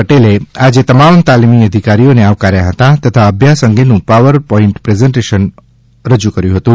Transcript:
પટેલે આજે તમામ તાલિમી અધિકારીઓને આવકાર્યા હતા તથા અભ્યાસ અંગેનું પાવર પોઇન્ટ પ્રેઝન્ટેશન આપ્યું હતું